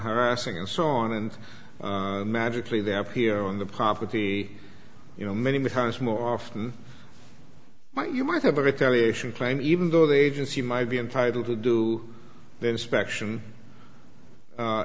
harassing and so on and magically they have here on the property you know many times more often might you might have a retaliation claim even though the agency might be entitled to do